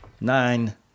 Nine